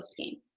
postgame